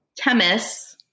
Temis